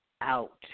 out